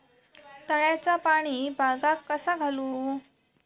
तळ्याचा पाणी बागाक कसा घालू?